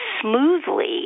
smoothly